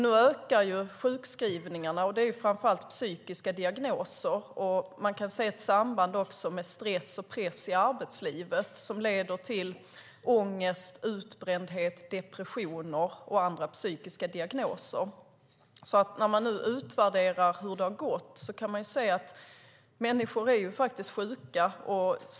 Nu ökar sjukskrivningarna, och det gäller framför allt psykiska diagnoser. Man kan se ett samband med stress och press i arbetslivet som leder till ångest, utbrändhet, depressioner och andra psykiska diagnoser. När man nu utvärderar hur det har gått kan man se att människor är sjuka.